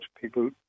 people